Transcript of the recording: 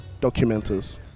documenters